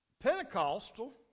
Pentecostal